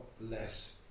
less